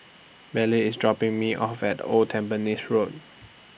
belly IS dropping Me off At Old Tampines Road